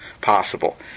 possible